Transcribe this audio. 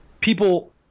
people